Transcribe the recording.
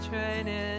training